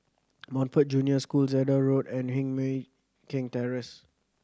Montfort Junior School Zehnder Road and Heng Mui Keng Terrace